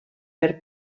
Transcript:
per